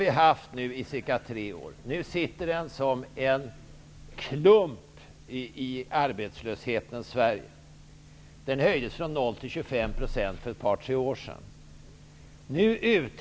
Vi har haft tjänstemomsen i cirka tre år, och i dag utgör den en klump i arbetslöshetens Sverige. Tjänstemomsen höjdes från 0 % till 25 % för ett par tre år sedan.